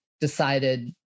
decided